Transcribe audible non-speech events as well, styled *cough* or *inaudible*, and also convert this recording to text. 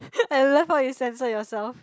*laughs* I love how you censor yourself